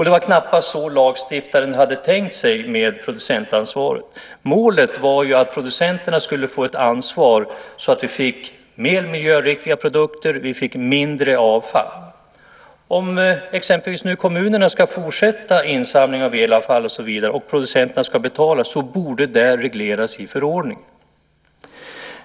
Det var knappast så lagstiftaren hade tänkt sig med producentansvaret. Målet var ju att producenterna skulle få ett ansvar så att vi fick mer miljöriktiga produkter och mindre avfall. Om kommunerna nu ska fortsätta insamlingen av elavfall och så vidare och producenterna ska betala borde det regleras i förordningen.